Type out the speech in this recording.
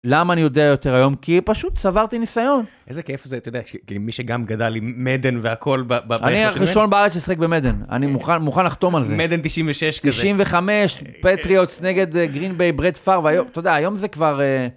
למה אני יודע יותר היום? כי פשוט צברתי ניסיון. איזה כיף זה, אתה יודע, כמי שגם גדל עם מדן והכל בבית. אני הראשון בארץ ששיחק במדן, אני מוכן לחתום על זה. מדן 96 כזה. 95 פטריוטס נגד גרין ביי, ברד פאר, ואתה יודע, היום זה כבר...